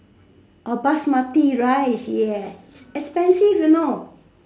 err Basmati rice yes expensive you know